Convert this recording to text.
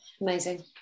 Amazing